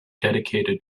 dedicated